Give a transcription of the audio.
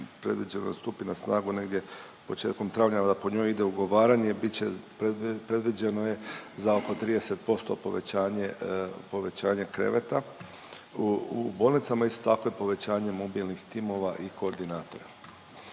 predviđeno je da stupi na snagu negdje početkom travnja, ali ako njoj ide ugovaranje bit će, predviđeno je za oko 30% povećanje, povećanje kreveta u bolnicama. Isto tako i povećanje mobilnih timova i koordinatora.